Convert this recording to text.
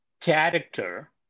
character